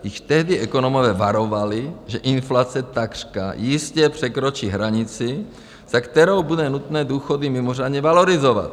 Již tehdy ekonomové varovali, že inflace takřka jistě překročí hranici, za kterou bude nutné důchody mimořádně valorizovat.